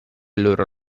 loro